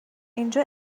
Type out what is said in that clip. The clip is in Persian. اینجا